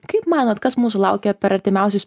kaip manot kas mūsų laukia per artimiausius